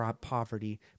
poverty